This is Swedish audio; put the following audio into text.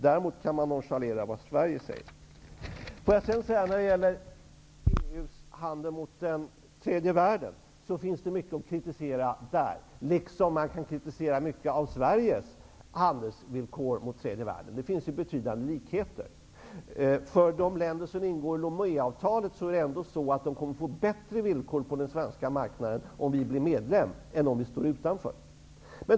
Däremot kan man nonchalera vad När det gäller EU:s handel med tredje världen finns mycket att kritisera -- liksom man kan kritisera mycket av Sveriges handelsvillkor mot tredje världen. Det finns betydande likheter. De länder som ingår i Lomé-avtalet kommer att få bättre villkor på den svenska marknaden om Sverige blir medlem än om vi står utanför.